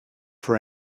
for